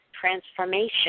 transformation